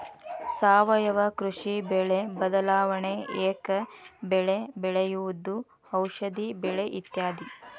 ಸಾವಯುವ ಕೃಷಿ, ಬೆಳೆ ಬದಲಾವಣೆ, ಏಕ ಬೆಳೆ ಬೆಳೆಯುವುದು, ಔಷದಿ ಬೆಳೆ ಇತ್ಯಾದಿ